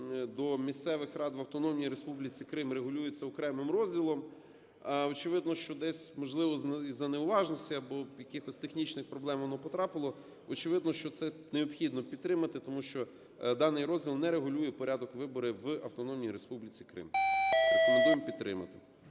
до місцевих рад в Автономній Республіці Крим регулюється окремим розділом. Очевидно, що десь, можливо, із-за неуважності або якихось технічних проблем воно потрапило. Очевидно, що це необхідно підтримати, тому що даних розділ не регулює порядок виборів в Автономній Республіці Крим. Рекомендуємо підтримати.